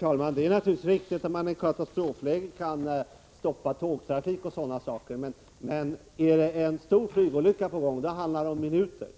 Herr talman! Det är naturligtvis riktigt att man i ett katastrofläge kan stoppa tågtrafiken, men om det har inträffat en stor flygolycka handlar det om minuter.